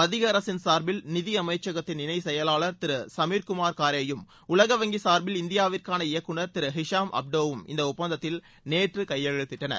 மத்திய அரசின் சார்பில் நிதி அமைச்சகத்தின் இணை செயலாளர் திரு சுமீர் குமார் காரே யும் உலக வங்கி சார்பில் இந்தியாவிற்கான இயக்குநர் திரு ஹிஷாம் அப்டோ வும் இந்த ஒப்பந்தத்தில் நேற்று கையெழுத்திட்டனர்